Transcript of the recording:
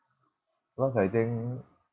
because I think